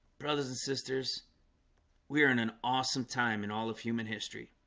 brothers and sisters we are in an awesome time in all of human history